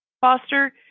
foster